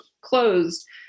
closed